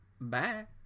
bye